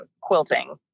quilting